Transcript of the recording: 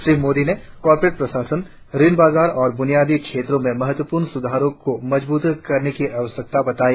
श्री मोदी ने कॉरपोरेट प्रशासन ऋण बाजार और बुनियादी क्षेत्रों में महत्वपूर्ण सुधारों को मजबूत करने की आवश्यकता बताई